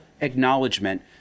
acknowledgement